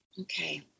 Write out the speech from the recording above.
Okay